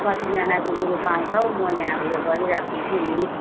कतिजनाको ग्रुप आउँछौ म यहाँ उयो गरी राखिदिन्छु पनि